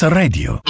radio